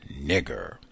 nigger